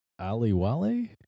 Aliwale